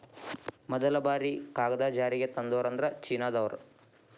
ಮದಲ ಬಾರಿ ಕಾಗದಾ ಜಾರಿಗೆ ತಂದೋರ ಅಂದ್ರ ಚೇನಾದಾರ